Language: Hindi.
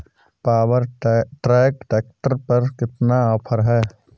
पावर ट्रैक ट्रैक्टर पर कितना ऑफर है?